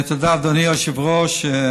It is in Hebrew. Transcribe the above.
תודה, אדוני היושב-ראש.